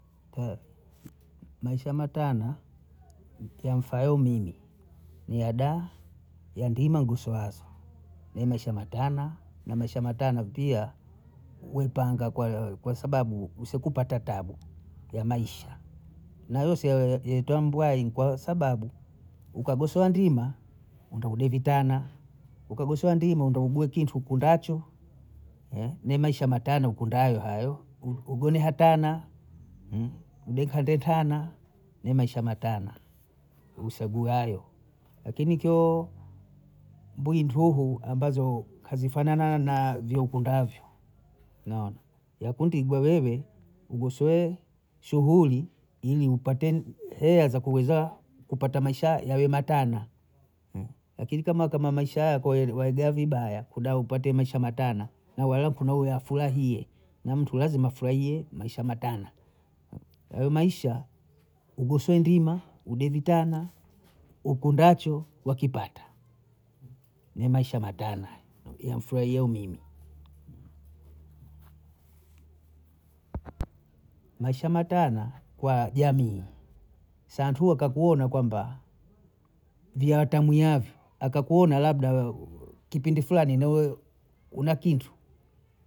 Ta Maisha matana yamfaayo mimi, ni yada yandima ngosoazo ne Maisha matana na Maisha matana pia hwepanga kwa- kwa sababu usikupata tabu ya Maisha, na yose hayo yaeta mbwai nkwa sababu ukagosoa ndima ntakuda vitana, ukagosoa ndima wenda ugue kintu nkundacho, ne Maisha matana nikundayo hayo, ugoni hapana ubwepa ndetana ne Maisha matana useguayo, lakini kio mbwi nduhu ambazo hazifanana na viyu nkundavyo naona, wakuntigwa wewe ugosowe shuhuli ili upate heya za kuweza kupata Maisha yawe matana, yakini kama Maisha haya kweyi waiga vibaya kuda upate Maisha matana na walo kuna uyo hafurahie na ntu lazima afurahie Maisha matana, ayo Maisha ugoswe ndima, ude vitana, ukundacho wakipata ne Maisha matana yamfurahi yao mimi. Maisha matana jamii santuhu kakuona kwamba jiata myavyo akakuona labda we kipidi Fulani nawe unakintu